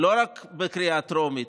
לא רק בקריאה טרומית,